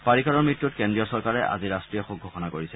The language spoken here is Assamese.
পাৰিকাৰৰ মত্যুত কেন্দ্ৰীয় চৰকাৰে আজি ৰাট্টীয় শোক ঘোষণা কৰিছে